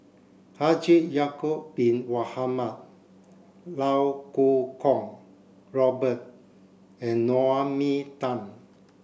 Haji Ya'acob bin Mohamed Iau Kuo Kwong Robert and Naomi Tan